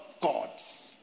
God's